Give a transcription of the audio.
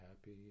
happy